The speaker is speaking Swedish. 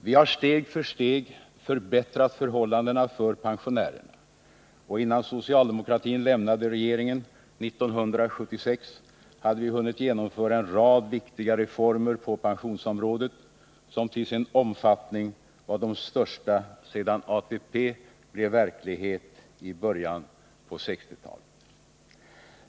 Vi har steg för steg förbättrat förhållandena för pensionärerna, och innan socialdemokraterna lämnade regeringen 1976 hade vi hunnit genomföra en rad viktiga reformer på pensionsområdet som till sin omfattning var de största sedan ATP blev verklighet i början på 1960-talet.